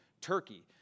Turkey